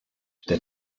der